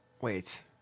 wait